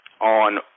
on